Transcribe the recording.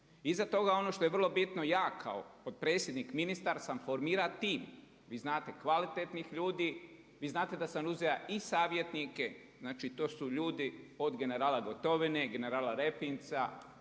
Iza toga ono što je vrlo bitno, ja kao potpredsjednik ministar sam formirati tim, vi znate, kvalitetnih ljudi, vi znate da sam uzeo i savjetnike, znači to su ljudi od generala Gotovine, generala REpinca,